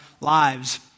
lives